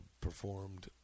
performed